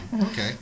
Okay